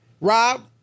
Rob